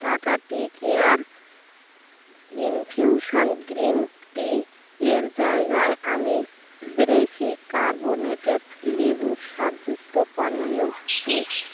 tata tea care infusion green tea এর জায়গায় আমি ব্রেফি কার্বনেটেড লেবুর স্বাদযুক্ত পানীয় পেয়েছি